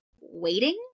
waiting